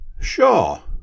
Sure